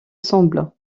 semble